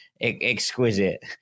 exquisite